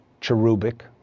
cherubic